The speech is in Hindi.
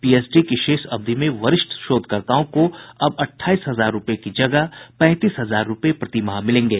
पीएचडी की शेष अवधि में वरिष्ठ शोधकर्ताओं को अब अठाईस हजार रुपये की जगह पैंतीस हजार रुपये प्रतिमाह मिलेंगे